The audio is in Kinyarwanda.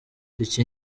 iki